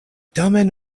tamen